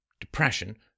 depression